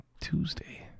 Tuesday